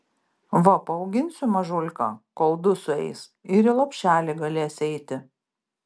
va paauginsiu mažulką kol du sueis ir i lopšelį galės eiti